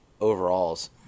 overalls